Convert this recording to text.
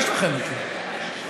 מה יש לכם, אתם?